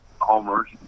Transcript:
homers